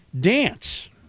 dance